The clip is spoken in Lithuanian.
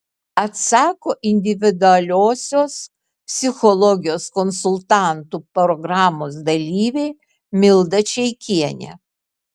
atsako individualiosios psichologijos konsultantų programos dalyvė milda čeikienė